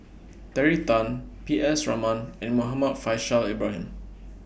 Terry Tan P S Raman and Muhammad Faishal Ibrahim